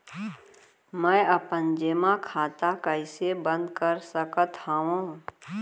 मै अपन जेमा खाता कइसे बन्द कर सकत हओं?